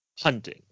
hunting